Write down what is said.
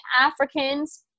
Africans